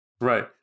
Right